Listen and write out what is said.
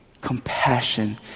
Compassion